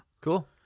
cool